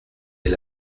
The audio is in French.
est